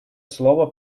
слово